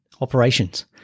operations